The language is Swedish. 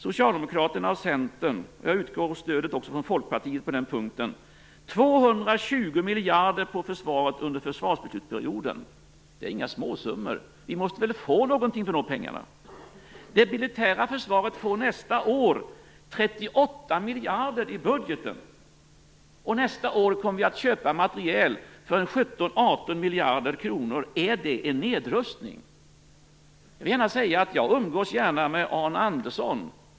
Socialdemokraterna och Centern, och jag utgår även från stöd av Folkpartiet på den punkten - 220 miljarder på försvaret under försvarsbeslutsperioden. Det är inga småsummor. Vi måste väl få någonting för de pengarna. Det militära försvaret får nästa år 38 miljarder i budgeten, och vi kommer också nästa år att köpa materiel för 17-18 miljarder kronor. Är det en nedrustning? Jag umgås gärna med Arne Andersson.